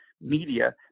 media